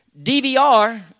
DVR